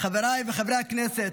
חבריי חברי הכנסת,